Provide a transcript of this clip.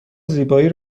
زیبایی